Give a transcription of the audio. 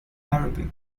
arabic